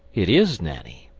it is nanny.